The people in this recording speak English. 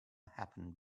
happened